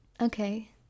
Okay